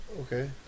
Okay